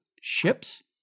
ships